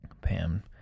Pam